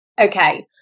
Okay